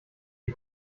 die